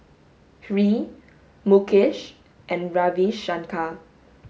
Hri Mukesh and Ravi Shankar